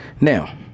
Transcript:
Now